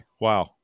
wow